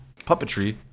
puppetry